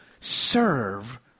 serve